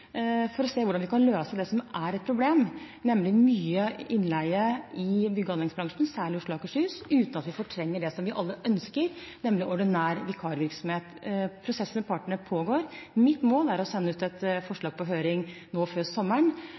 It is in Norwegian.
for å se hvordan vi kan løse det som er et problem, nemlig mye innleie i bygg- og anleggsbransjen, særlig i Oslo og Akershus, uten at vi fortrenger det vi alle ønsker, nemlig ordinær vikarvirksomhet. Prosesser med partene pågår. Mitt mål er å sende ut et forslag på høring nå før sommeren,